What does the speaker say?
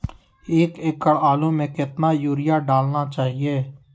एक एकड़ आलु में कितना युरिया डालना चाहिए?